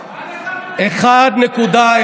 מה לך ולאמת?